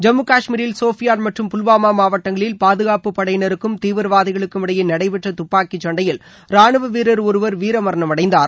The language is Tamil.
ஜம்மு கஷ்மீரில் சோபியான் மற்றும் புல்வாமா மாவட்டங்களில் பாதுகாப்பு படையினருக்கும் தீவிரவாதிகளுக்கும் இடையே நடைபெற்ற துப்பாக்கி சண்டையில் ராணுவ வீரர் ஒருவர் வீரமரணம் அடைந்தார்